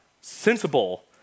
sensible